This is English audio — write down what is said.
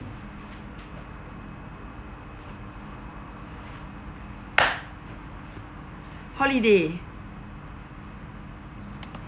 holiday